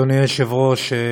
אדוני היושב-ראש,